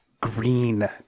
green